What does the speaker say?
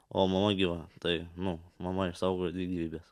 o mama gyva tai nu mama išsaugojo dvi gyvybes